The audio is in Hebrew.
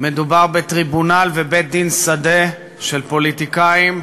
מדובר בטריבונל ובית-דין שדה של פוליטיקאים.